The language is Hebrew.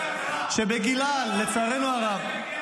שלצערנו הרב,